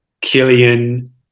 Killian